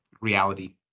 reality